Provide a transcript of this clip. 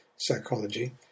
psychology